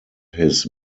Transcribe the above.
his